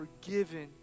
forgiven